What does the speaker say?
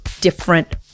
different